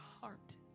heart